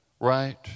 right